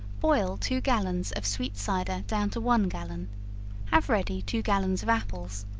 boil two gallons of sweet cider down to one gallon have ready two gallons of apples,